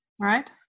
Right